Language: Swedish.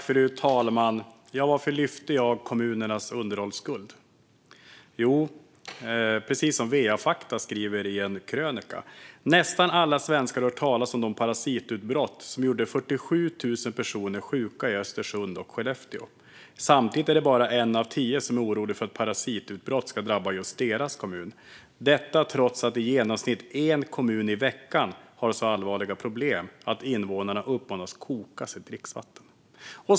Fru talman! Varför lyfter jag kommunernas underhållsskuld? Jo, som VA-Fakta skriver i en krönika: "Nästan alla svenskar har hört talas om de parasitutbrott som gjorde 47 000 personer sjuka i Östersund och Skellefteå. Samtidigt är det bara en av tio som är oroliga för att ett parasitutbrott ska drabba just deras kommun. Detta trots att i genomsnitt en kommun i veckan har så allvarliga problem att invånarna uppmanas koka sitt dricksvatten."